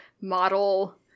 model